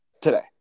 Today